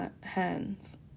hands